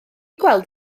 gweld